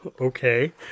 Okay